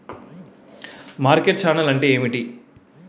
Market channel అంటే ఏమిటి?